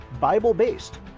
Bible-based